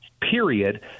period